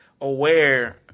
aware